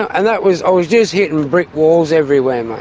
and that was, i was just hitting brick walls everywhere, mate.